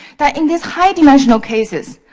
but, in these high-dimensional cases,